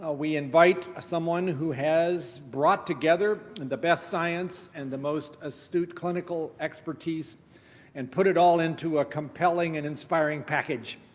ah we invite someone who has brought together the best science and the most astute clinical expertise and put it all into a compelling and inspiring package.